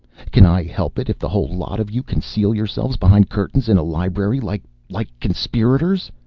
can i help it if the whole lot of you conceal yourselves behind curtains in a library, like like conspirators?